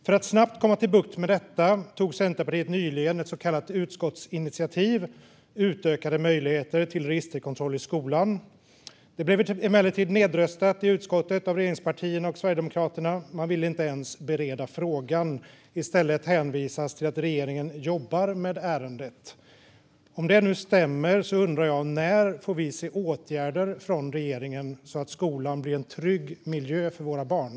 För att snabbt få bukt med detta föreslog Centerpartiet nyligen ett så kallat utskottsinitiativ om utökade möjligheter till registerkontroll i skolan. Detta blev emellertid nedröstat i utskottet av regeringspartierna och Sverigedemokraterna. De ville inte ens bereda frågan. I stället hänvisas det till att regeringen jobbar med ärendet. Om detta stämmer undrar jag när vi får se åtgärder från regeringen, så att skolan blir en trygg miljö för våra barn.